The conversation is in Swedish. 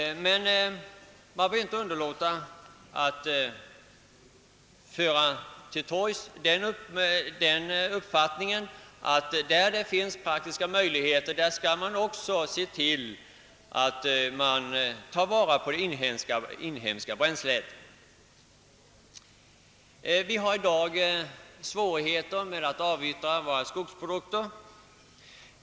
Jag vill dock inte underlåta att föra till torgs den uppfattningen, att där det finns praktiska möjligheter bör man också se till att det inhemska bränslet tas till vara. Vi har i dag svårigheter med att avyttra våra skogsprodukter.